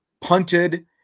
punted